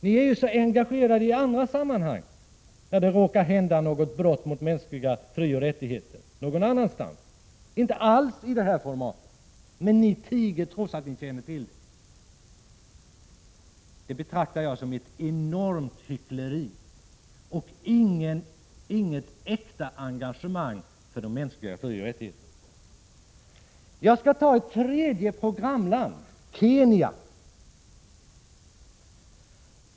Ni är ju engagerade och protesterar mot brott mot mänskliga frioch rättigheter i andra länder, och dessa brott är inte alls av samma format som i de länder jag talar om. Denna er tystnad betraktar jag som ett enormt hyckleri och inget äkta engagemang för de mänskliga frioch rättigheterna. Låt mig beröra situationen i ett tredje programland, Kenya.